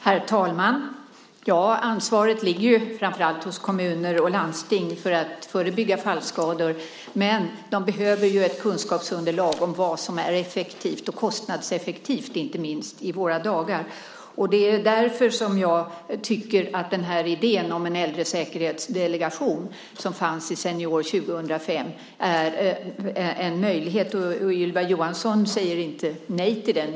Herr talman! Ansvaret för att förebygga fallskador ligger framför allt hos kommuner och landsting, men de behöver kunskaper om vad som är effektivt och inte minst kostnadseffektivt i våra dagar. Det är därför som jag tycker att idén om en äldresäkerhetsdelegation, som fanns i Senior 2005, är en möjlighet. Och Ylva Johansson säger inte nej till den.